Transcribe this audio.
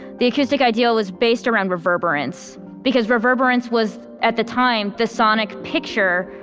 the acoustic ideal was based around reverberance because reverberance was at the time, the sonic picture,